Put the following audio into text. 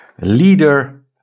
Leader